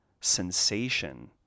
sensation